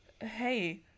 Hey